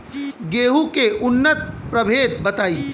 गेंहू के उन्नत प्रभेद बताई?